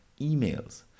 emails